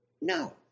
No